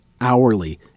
hourly